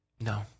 No